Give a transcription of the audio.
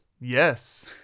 Yes